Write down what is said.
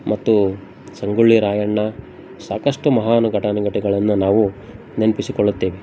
ಮತ್ತು ಸಂಗೊಳ್ಳಿ ರಾಯಣ್ಣ ಸಾಕಷ್ಟು ಮಹಾನು ಘಟಾನುಘಟಿಗಳನ್ನು ನಾವು ನೆನಪಿಸಿಕೊಳ್ಳುತ್ತೇವೆ